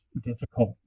difficult